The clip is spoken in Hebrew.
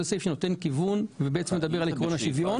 זה סעיף שנותן כיוון ובעצם דבר על ארגון השוויון.